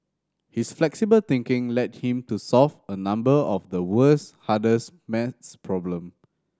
his flexible thinking led him to solve a number of the world's hardest maths problem